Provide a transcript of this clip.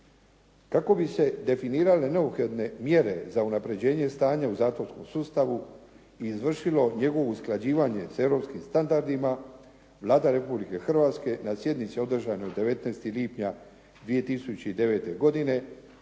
Kako bi se definirale neophodne mjere za unapređenje stanje u zatvorskom sustavu i izvršilo njegovo usklađivanje s europskim standardima Vlada Republike Hrvatske na sjednici održanoj 19. lipnja 2009. godine